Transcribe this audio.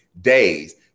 days